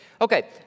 Okay